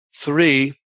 Three